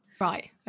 Right